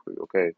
okay